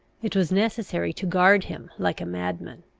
it was necessary to guard him like a madman.